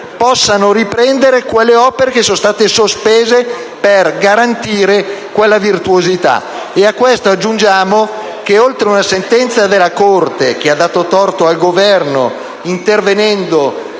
possano riprendere quelle opere che sono state sospese per garantire quella virtuosità. A questo aggiungiamo che, oltre ad una sentenza della Corte che ha dato torto al Governo perché è